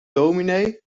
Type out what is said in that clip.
dominee